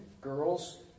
girls